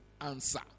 answer